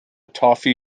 toffee